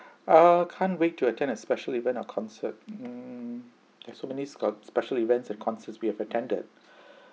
uh can't wait to attend a specially event or concert mm there are so many sca~ special events and concerts we have attended